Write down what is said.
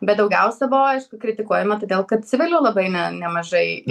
bet daugiausia buvo aišku kritikuojama todėl kad civilių labai ne nemažai